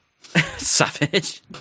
Savage